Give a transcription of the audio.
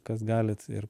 kas galit ir